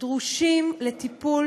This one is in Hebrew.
דורשים טיפול